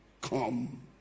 come